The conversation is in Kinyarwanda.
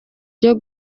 ryo